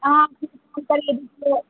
अहाँ करै दू किलो